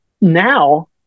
Now